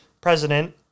president